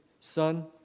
Son